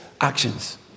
actions